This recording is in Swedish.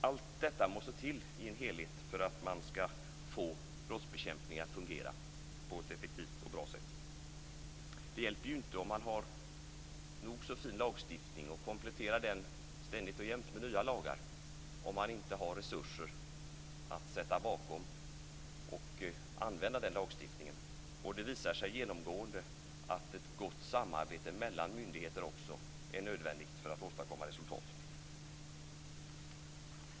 Allt detta måste till i en helhet för att man skall få brottsbekämpningen att fungera på ett effektivt och bra sätt. Det hjälper ju inte om man har nog så fin lagstiftning och kompletterar den ständigt och jämt med nya lagar om man inte har resurser att sätta bakom för att använda den lagstiftningen. Det visar sig genomgående att ett gott samarbete mellan myndigheter också är nödvändigt för att åstadkomma resultat.